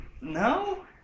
No